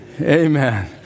Amen